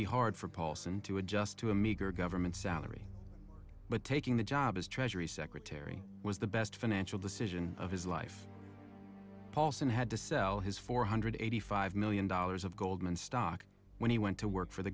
be hard for paulson to adjust to a meager government salary but taking the job as treasury secretary was the best financial decision of his life paulson had to sell his four hundred eighty five million dollars of goldman stock when he went to work for the